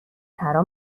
ترا